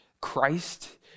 Christ